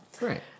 Right